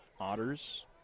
Otters